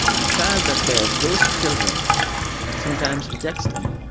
the child that bears those children sometimes rejects them.